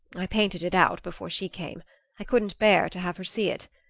i painted it out before she came i couldn't bear to have her see it.